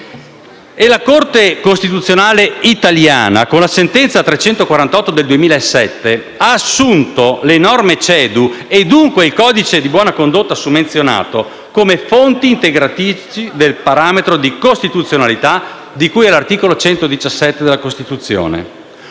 La Corte costituzionale italiana, con la sentenza n. 348 del 2007, ha assunto le norme CEDU (e dunque il Codice di buona condotta summenzionato) come «fonti integratrici del parametro di costituzionalità di cui all'articolo 117 della Costituzione».